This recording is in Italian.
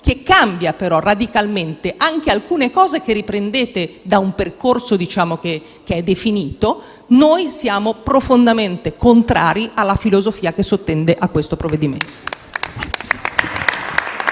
che cambia però radicalmente anche alcune questioni che riprendete da un percorso già definito, noi siamo profondamente contrari alla filosofia che sottende il provvedimento.